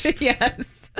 Yes